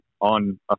on